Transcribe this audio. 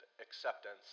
acceptance